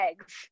eggs